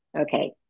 Okay